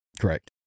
Correct